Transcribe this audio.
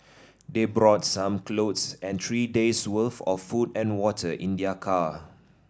they brought some clothes and three days' worth of food and water in their car